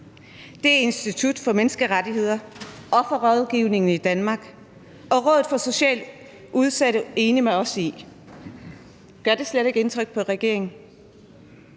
Det er Institut for Menneskerettigheder, Offerrådgivningen i Danmark og Rådet for Socialt Udsatte enige med os i. Gør det slet ikke indtryk på regeringen?